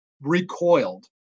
recoiled